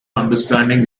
understanding